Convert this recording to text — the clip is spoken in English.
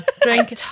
drink